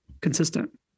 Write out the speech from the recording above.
consistent